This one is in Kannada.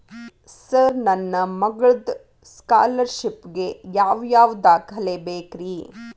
ಸರ್ ನನ್ನ ಮಗ್ಳದ ಸ್ಕಾಲರ್ಷಿಪ್ ಗೇ ಯಾವ್ ಯಾವ ದಾಖಲೆ ಬೇಕ್ರಿ?